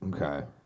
Okay